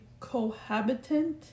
cohabitant